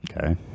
okay